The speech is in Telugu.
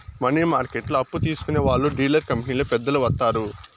మనీ మార్కెట్లో అప్పు తీసుకునే వాళ్లు డీలర్ కంపెనీలో పెద్దలు వత్తారు